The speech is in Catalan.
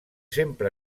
sempre